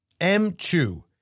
M2